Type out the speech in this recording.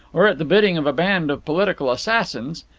or at the bidding of a band of political assassins!